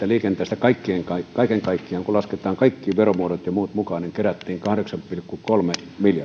liikenteestä kaiken kaikkiaan kun lasketaan kaikki veromuodot ja muut mukaan kerättiin kahdeksan pilkku kolme miljardia ja